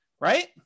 right